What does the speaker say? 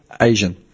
Asian